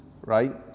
right